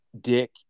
Dick